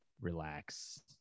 relax